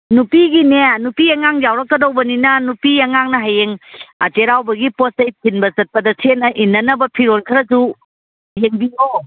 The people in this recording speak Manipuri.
ꯅꯨꯄꯤꯒꯤꯅꯦ ꯅꯨꯄꯤ ꯑꯉꯥꯡ ꯌꯥꯎꯔꯛꯀꯗꯣꯏꯅꯤꯅ ꯅꯨꯄꯤ ꯑꯉꯥꯡꯅ ꯍꯌꯦꯡ ꯆꯩꯔꯥꯎꯕꯒꯤ ꯄꯣꯠ ꯆꯩ ꯊꯤꯟꯕ ꯆꯠꯄꯗ ꯁꯦꯠꯅ ꯏꯟꯅꯅꯕ ꯐꯤꯔꯣꯜ ꯈꯔꯁꯨ ꯌꯦꯡꯕꯤꯌꯣ